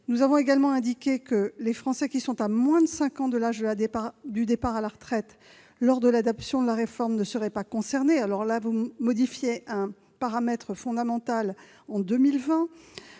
Nous avons également indiqué que les Français se trouvant à moins de cinq ans de l'âge du départ à la retraite lors de l'adoption de la réforme ne seraient pas concernés. Or vous proposez de modifier un paramètre fondamental en 2020.